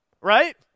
Right